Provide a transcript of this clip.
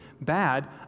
bad